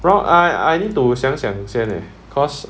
well I I need to 想想先 eh cause